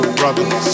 brothers